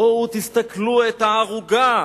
בואו תסתכלו על הערוגה.